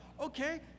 okay